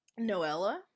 Noella